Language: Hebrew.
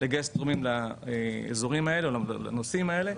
לגייס תורמים לאזורים האלו או לנושאים האלה,